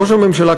ראש הממשלה.